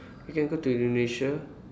you can go to Indonesia